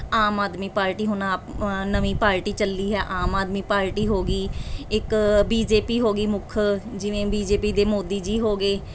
ਆਮ Aadmi party ਹੁਣ ਆਪ ਨਵੀਂ party ਚੱਲੀ ਹੈ ਆਮ ਆਦਮੀ ਪਾਰਟੀ ਹੋ ਗਈ ਇੱਕ ਬੀਜੇਪੀ ਹੋ ਗਈ ਮੁੱਖ ਜਿਵੇਂ ਬੀਜੇਪੀ ਦੇ ਮੋਦੀ ਜੀ ਹੋ ਗਏ